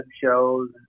shows